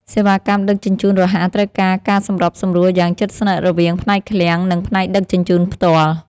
សេវាកម្មដឹកជញ្ជូនរហ័សត្រូវការការសម្របសម្រួលយ៉ាងជិតស្និទ្ធរវាងផ្នែកឃ្លាំង និងផ្នែកដឹកជញ្ជូនផ្ទាល់។